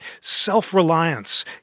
self-reliance